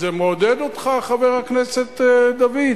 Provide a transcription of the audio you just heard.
זה מעודד אותך, חבר הכנסת דוד?